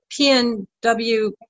PNW